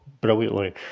brilliantly